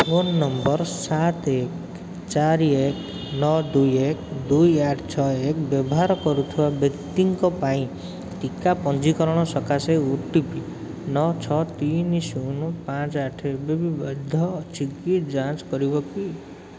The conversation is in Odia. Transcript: ଫୋନ୍ ନମ୍ବର୍ ସାତ ଏକ ଚାରି ଏକ ନଅ ଦୁଇ ଏକ ଦୁଇ ଆଠ ଛଅ ଏକ ବ୍ୟବହାର କରୁଥିବା ବ୍ୟକ୍ତିଙ୍କ ପାଇଁ ଟିକା ପଞ୍ଜୀକରଣ ସକାଶେ ଓ ଟି ପି ନଅ ଛଅ ତିନି ଶୂନ ପାଞ୍ଚ ଆଠ ଏବେବି ବୈଧ ଅଛି କି ଯାଞ୍ଚ କରିବ କି